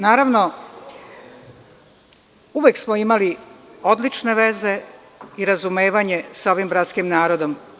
Naravno, uvek smo imali odlične veze i razumevanje sa ovim bratskim narodom.